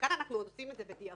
וכאן אנחנו עוד עושים את זה בדיעבד,